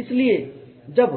इसलिए जब